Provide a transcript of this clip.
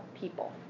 people